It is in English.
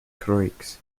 croix